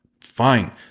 fine